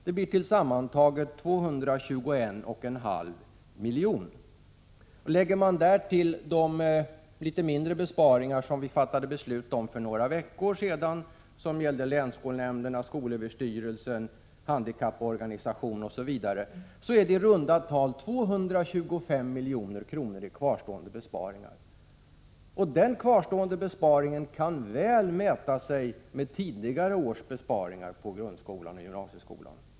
Det blir sammantaget 221,5 milj.kr. Lägger man därtill de något mindre besparingar som vi fattade beslut om för några veckor sedan, som gällde länsskolnämnderna, skolöverstyrelsen, handikapporganisationer osv., blir det i runda tal 225 milj.kr. i kvarstående besparingar. Den besparingen kan väl mäta sig med tidigare års besparingar i grundskolan och gymnasieskolan.